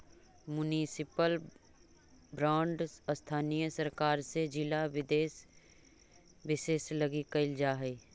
municipal bond स्थानीय सरकार से जिला विशेष लगी कैल जा हइ